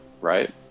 right